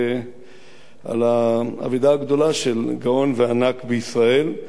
על האבדה הגדולה של גאון וענק בישראל,